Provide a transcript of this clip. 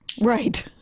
right